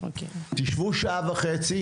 תישבו שעה וחצי,